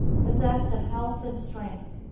possessed of health and strength,